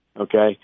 okay